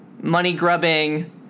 money-grubbing